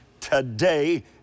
today